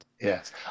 Yes